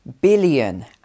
billion